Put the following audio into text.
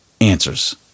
answers